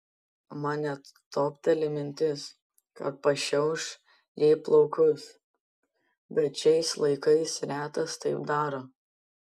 man net topteli mintis kad pašiauš jai plaukus bet šiais laikais retas taip daro